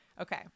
Okay